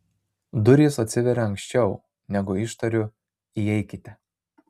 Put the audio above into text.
durys atsiveria anksčiau negu ištariu įeikite